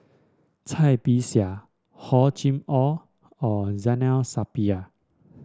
Cai Bixia Hor Chim Or and Zainal Sapari